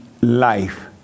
life